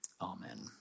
Amen